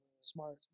smart